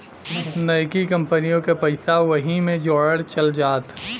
नइकी कंपनिओ के पइसा वही मे जोड़ल चल जात